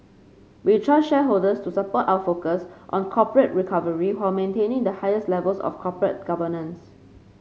we trust shareholders will support our focus on corporate recovery while maintaining the highest levels of corporate governance